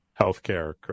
healthcare